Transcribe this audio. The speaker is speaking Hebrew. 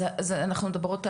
אז אנחנו מדברות,